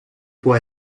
può